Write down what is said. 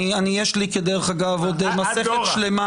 יש לי עוד מסכת שלמה.